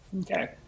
Okay